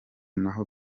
naho